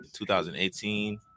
2018